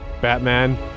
Batman